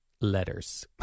Letters